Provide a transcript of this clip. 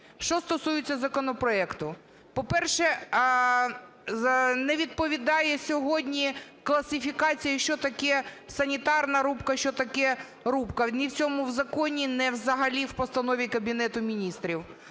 Що стосується законопроекту. По-перше, не відповідає сьогодні класифікації, що таке санітарна рубка, що таке рубка, ні в цьому законі, ні взагалі в постанові Кабінету Міністрів.